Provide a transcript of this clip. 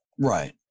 Right